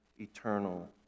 eternal